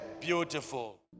Beautiful